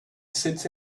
sits